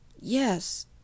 Yes